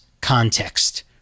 context